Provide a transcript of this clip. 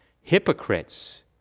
hypocrites